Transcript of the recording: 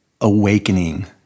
awakening